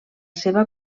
seva